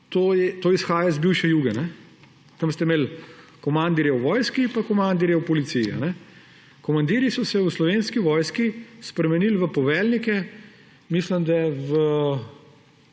to izhaja iz bivše Juge. Tam ste imeli komandirja v vojski, pa komandirja v policiji. Komandirji so se v Slovenski vojski spremenili v poveljnike, mislim da